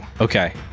okay